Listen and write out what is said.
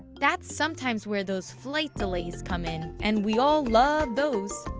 that's sometimes where those flight delays come in, and we all love those!